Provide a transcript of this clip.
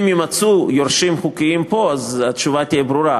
אם יימצאו פה יורשים חוקיים אז התשובה תהיה ברורה,